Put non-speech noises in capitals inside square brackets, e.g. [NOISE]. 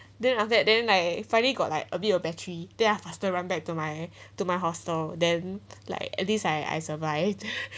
then after that then I finally got like a bit of battery then I faster run back to my to my hostel then at least I I survived [LAUGHS]